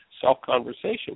self-conversation